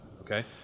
okay